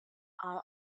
all